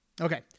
Okay